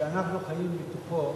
שאנחנו חיים בתוכו,